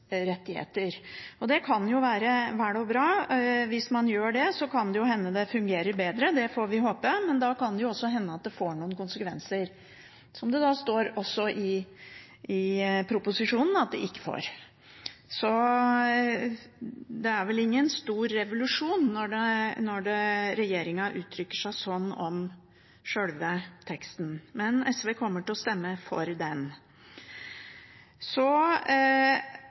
Det kan være vel og bra. Hvis man gjør det, kan det hende det fungerer bedre. Det får vi håpe. Men det kan også hende at det får noen konsekvenser, som det i proposisjonen står at det ikke får. Det er vel ingen stor revolusjon når regjeringen uttrykker seg sånn om sjølve teksten. Men SV kommer til å stemme for den. Så